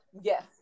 yes